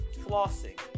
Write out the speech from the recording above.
Flossing